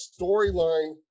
storyline